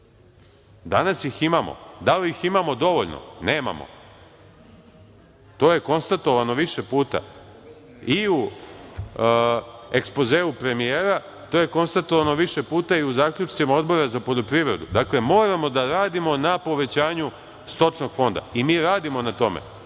Danas ih imamo. Da li ih imamo dovoljno? Nemamo. To je konstatovano više puta i u ekspozeu premijera, to je konstatovano više puta i u zaključcima Odbora za poljoprivredu. Dakle, moramo da radimo na povećanju stočnog fonda i mi radimo na tome,